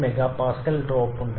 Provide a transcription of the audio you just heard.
2 MPa drop ഉണ്ട്